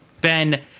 Ben